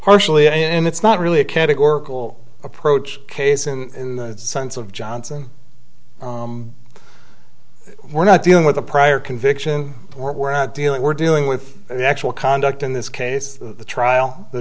partially and it's not really a categorical approach case in the sense of johnson we're not dealing with a prior conviction we're not dealing we're dealing with an actual conduct in this case the trial the